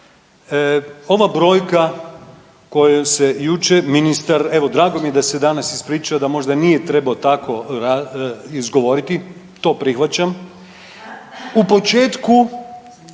ova brojka kojom se jučer ministar, evo drago mi je da se danas ispričao da možda nije trebao tako izgovoriti, to prihvaćam, u početku